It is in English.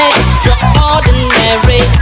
Extraordinary